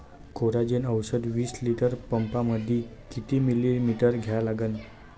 Coragen औषध विस litre पंपामंदी किती मिलीमिटर घ्या लागन?